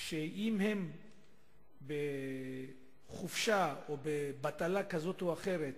שאם הם בחופשה או בבטלה כזו או אחרת,